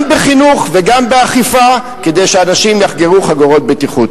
גם בחינוך וגם באכיפה כדי שאנשים יחגרו חגורות בטיחות.